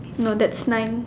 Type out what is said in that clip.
no that's nine